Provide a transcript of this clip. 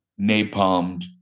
napalmed